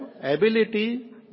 ability